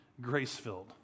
grace-filled